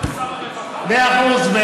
מאה אחוז.